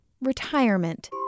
retirement